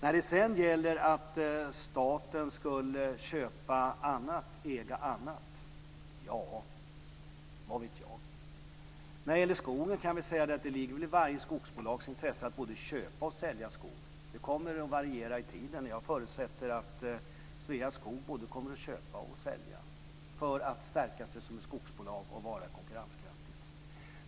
När det sedan gäller att staten skulle köpa och äga annat - ja, vad vet jag? När det gäller skogen kan jag väl säga att det ligger i varje skogsbolags intresse att både köpa och sälja skog. Det kommer att variera i tiden, och jag förutsätter att Sveaskog kommer att både köpa och sälja för att stärka sig som skogsbolag och vara konkurrenskraftigt.